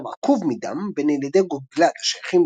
קרב עקוב מדם בין ילידי גוגלד השייכים